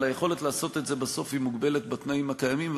אבל היכולת לעשות את זה בסוף היא מוגבלת בתנאים הקיימים,